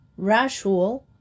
Rashul